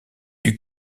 dût